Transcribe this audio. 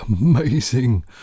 amazing